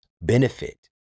benefit